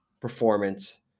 performance